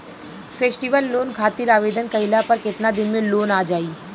Festival loan खातिर आवेदन कईला पर केतना दिन मे लोन आ जाई?